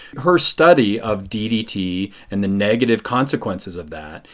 her study of ddt and the negative consequences of that,